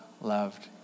loved